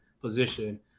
position